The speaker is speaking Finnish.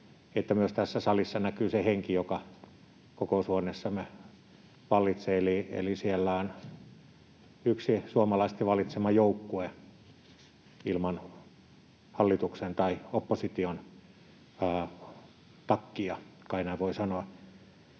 että myös tässä salissa näkyy se henki, joka kokoushuoneessamme vallitsee. Eli siellä on yksi suomalaisten valitsema joukkue ilman hallituksen tai opposition takkia — kai näin voi sanoa.